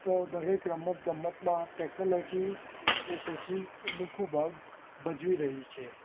તો દરેક રમત ગમતમાં ટૅકનોલોજી એ સૌથી અનોખો ભાગ ભજવી રહી છે